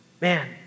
Man